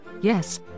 Yes